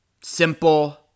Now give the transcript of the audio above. simple